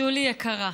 שולי יקרה,